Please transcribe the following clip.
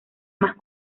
más